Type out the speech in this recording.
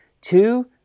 Two